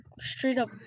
straight-up